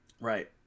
Right